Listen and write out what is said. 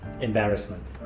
embarrassment